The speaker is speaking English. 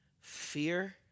Fear